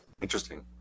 interesting